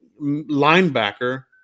linebacker